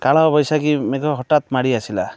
କାଳବୈଶାଖୀ ମେଘ ହଟାତ୍ ମାଡ଼ି ଆସିଲା